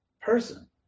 person